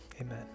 amen